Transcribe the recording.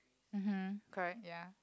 (uh huh) correct ya